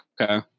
okay